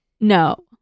No